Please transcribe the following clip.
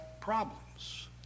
problems